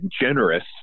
generous